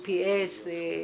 G.P.S.,